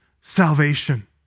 salvation